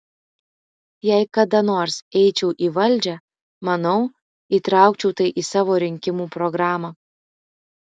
jei kada nors eičiau į valdžią manau įtraukčiau tai į savo rinkimų programą